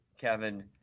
Kevin